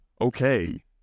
okay